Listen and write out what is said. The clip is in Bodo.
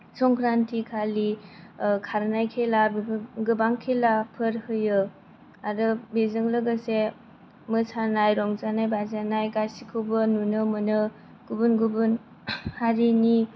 संक्रान्तिखालि खारनाय खेला बेफोर गोबां खेलाफोर होयो आरो बेजों लोगोसे मोसानाय रंजानाय बाजानाय गासिखौबो नुनो मोनो गुबुन गुबुन हारिनि